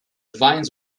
veins